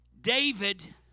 David